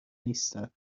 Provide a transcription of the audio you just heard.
نیستم